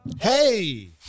Hey